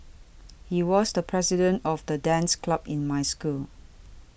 he was the president of the dance club in my school